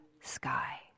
sky